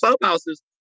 clubhouses